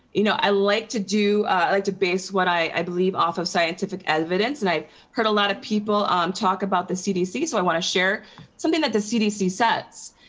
you know i like to do like to base what i believe off of scientific evidence. and i've heard a lot of people um talk about the cdc. so i wanna share something that the cdc says.